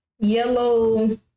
Yellow